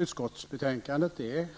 Utskottsbetänkandet är